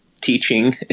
teaching